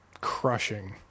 crushing